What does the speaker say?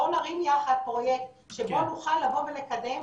בואו נרים יחד פרויקט שבו נוכל לקדם,